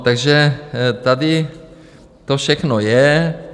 Takže tady to všechno je.